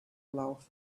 laugh